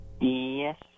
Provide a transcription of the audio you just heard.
Yes